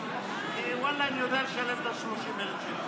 אני יודע לשלם את ה-30,000 שקל,